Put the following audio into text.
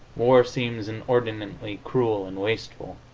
war seems inordinately cruel and wasteful,